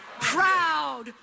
proud